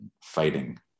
fighting